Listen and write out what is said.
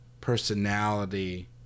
personality